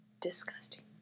Disgusting